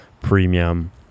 premium